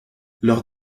leurs